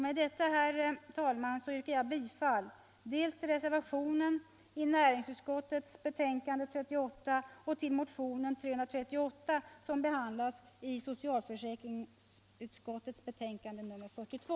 Med detta, herr talman, yrkar jag bifall dels till reservationen vid näringsutskottets betänkande nr 38, dels till motionen 338 som behandlas i socialförsäkringsutskottets betänkande nr 42.